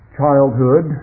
childhood